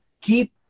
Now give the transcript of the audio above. keep